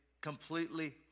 completely